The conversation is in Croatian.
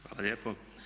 Hvala lijepo.